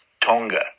Tonga